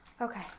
Okay